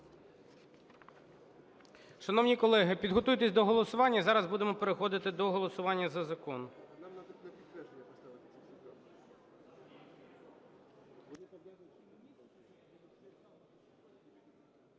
Шановні колеги, підготуйтесь до голосування. Зараз будемо переходити до голосування за закон.